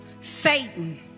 Satan